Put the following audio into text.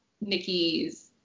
Nikki's